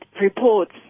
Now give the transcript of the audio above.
reports